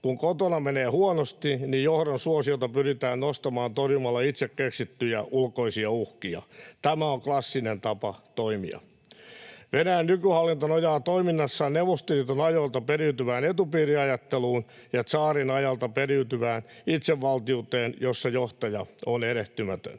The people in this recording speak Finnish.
Kun kotona menee huonosti, niin johdon suosiota pyritään nostamaan torjumalla itse keksittyjä ulkoisia uhkia. Tämä on klassinen tapa toimia. Venäjän nykyhallinto nojaa toiminnassaan Neuvostoliiton ajoilta periytyvään etupiiriajatteluun ja tsaarin ajalta periytyvään itsevaltiuteen, jossa johtaja on erehtymätön.